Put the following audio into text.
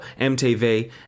MTV